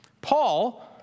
Paul